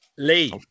Lee